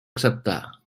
acceptar